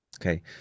Okay